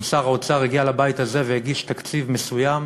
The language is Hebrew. גם שר האוצר הגיע לבית הזה והגיש תקציב מסוים,